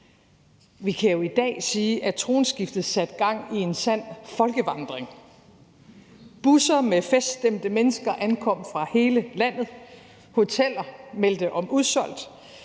Vi kan jo i dag sige, at tronskiftet satte gang i en sand folkevandring. Busser med feststemte mennesker ankom fra hele landet, hoteller meldte om udsolgt.